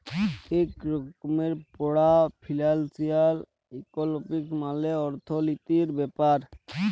ইক রকমের পড়া ফিলালসিয়াল ইকলমিক্স মালে অথ্থলিতির ব্যাপার